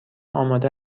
آماده